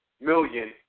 million